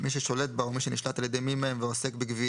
מי ששולט בה או מי שנשלט על ידי מי מהם ועוסק בגבייה,